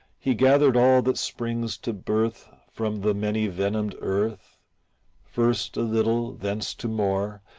he gathered all that springs to birth from the many-venomed earth first a little, thence to more,